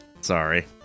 sorry